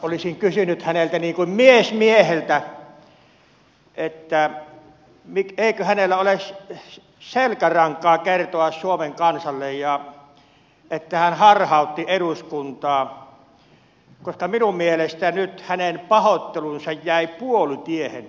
olisin kysynyt häneltä niin kuin mies mieheltä eikö hänellä ole selkärankaa kertoa suomen kansalle että hän harhautti eduskuntaa koska minun mielestäni nyt hänen pahoittelunsa jäi puolitiehen